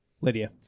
Lydia